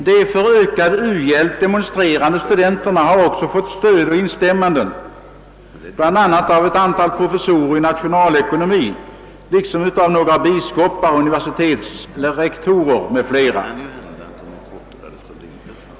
De för ökad u-hjälp demonstrerande studenterna har också fått stöd och instämmanden, bl.a. av ett antal professorer i nationalekonomi, liksom av några biskopar och universitetslektorer m.fl.